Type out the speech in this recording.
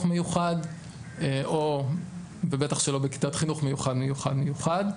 מיוחד ובטח שלא בכיתת חינוך מיוחד-מיוחד.